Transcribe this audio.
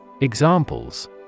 Examples